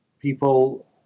people